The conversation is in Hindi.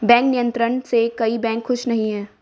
बैंक नियंत्रण से कई बैंक खुश नही हैं